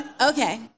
Okay